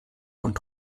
und